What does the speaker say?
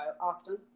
Austin